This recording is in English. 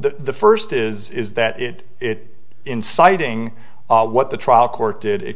the first is is that it it inciting what the trial court did it